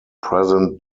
present